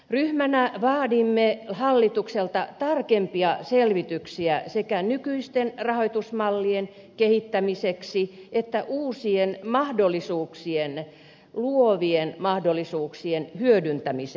ryhmänä vaadimme hallitukselta tarkempia selvityksiä sekä nykyisten rahoitusmallien kehittämiseksi että uusien mahdollisuuksien luovien mahdollisuuksien hyödyntämiseksi